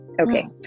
okay